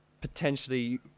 potentially